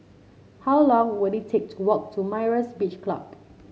how long will it take to walk to Myra's Beach Club